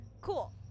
cool